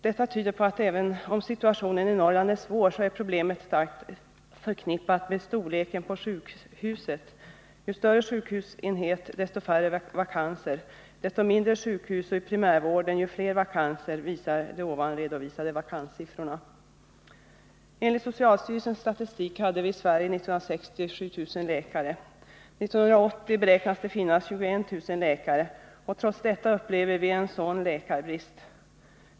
Detta tyder på att även om situationen i Norrland är svår, så är problemet starkt förknippat med storleken på sjukhuset. De redovisade siffrorna belyser att ju större en sjukhusenhet är, desto färre vakanser har man, och ju mindre ett sjukhus är och ju färre som arbetar inom primärvården, desto flera vakanser har man. Enligt socialstyrelsens statistik hade vii Sverige 7 000 läkare 1960. År 1980 27 att förbättra läkartillgången i skogslänen beräknas det finnas 21 000 läkare. Trots detta upplever vi att läkarbristen är mycket stor.